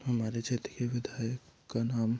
हमारे क्षेत्र के विधायक का नाम